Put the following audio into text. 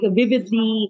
vividly